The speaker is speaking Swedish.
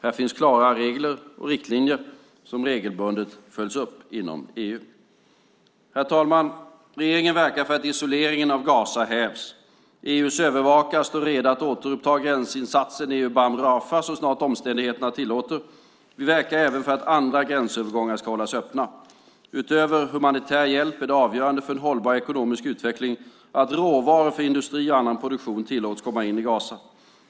Här finns klara regler och riktlinjer som regelbundet följs upp inom EU. Herr talman! Regeringen verkar för att isoleringen av Gaza hävs. EU:s övervakare står redo att återuppta gränsinsatsen Eubam Rafah så snart omständigheterna tillåter. Vi verkar även för att andra gränsövergångar ska hållas öppna. Utöver humanitär hjälp är det avgörande för en hållbar ekonomisk utveckling att råvaror för industri och annan produktion tillåts komma in i Gaza.